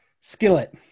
Skillet